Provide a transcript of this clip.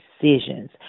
decisions